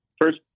first